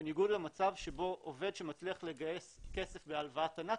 בניגוד למצב שבו עובד שמצליח לגייס כסף להלוואת ענף,